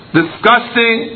disgusting